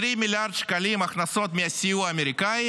20 מיליארד שקלים הכנסות מהסיוע האמריקאי